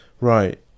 Right